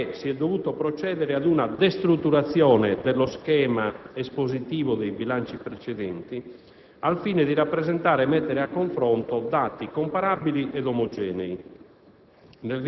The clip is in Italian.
talché si è dovuto procedere ad una destrutturazione dello schema espositivo dei bilanci precedenti al fine di rappresentare e mettere a confronto dati comparabili e omogenei.